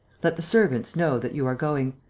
let the servants know that you are going.